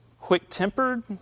quick-tempered